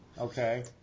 okay